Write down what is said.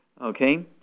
Okay